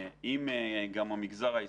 עם המגזר העסקי.